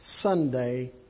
Sunday